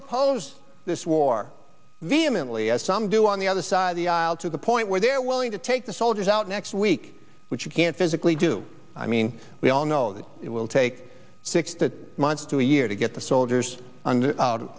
oppose this war vehemently as some do on the other side of the aisle to the point where they're willing to take the soldiers out next week which you can't physically do i mean we all know that it will take six months to a year to get the soldiers o